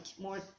more